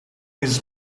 his